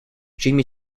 jimmy